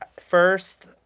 first